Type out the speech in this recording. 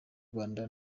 rwanda